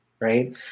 right